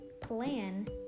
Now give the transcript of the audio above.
plan